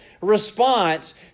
response